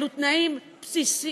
אלה תנאים בסיסיים,